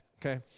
Okay